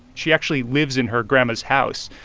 she actually lives in her grandma's house.